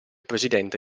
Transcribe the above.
presidente